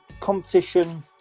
competition